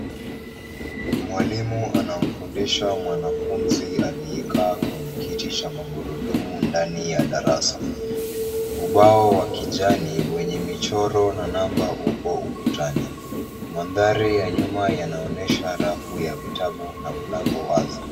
Mwalimu anamfundisha mwanafunzi aliyekaa kwenye kiti cha magurudumu ndani ya darasa. Ubao wa kijani wenye michoro na namba upo ukutani. Mandhari ya nyuma yanaonyesha rafu ya vitabu na mlango wazi.